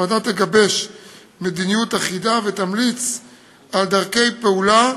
הוועדה תגבש מדיניות אחידה ותמליץ על דרכי פעולה,